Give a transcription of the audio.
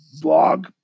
blog